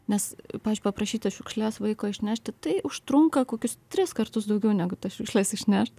nes pavyzdžiui paprašyti šiukšles vaiko išnešti tai užtrunka kokius tris kartus daugiau negu tas šiukšles išnešt